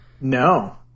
No